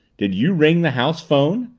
did you ring the house phone?